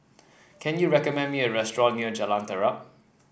can you recommend me a restaurant near Jalan Terap